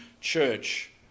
church